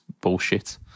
bullshit